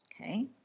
Okay